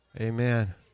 amen